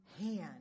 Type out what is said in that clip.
hand